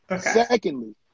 Secondly